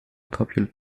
popular